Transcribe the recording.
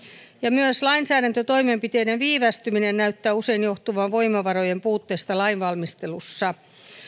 myös lainsäädäntötoimenpiteiden viivästyminen näyttää usein johtuvan voimavarojen puutteista lainvalmistelussa mutta